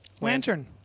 lantern